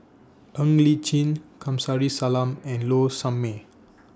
Ng Li Chin Kamsari Salam and Low Sanmay